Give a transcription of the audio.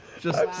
just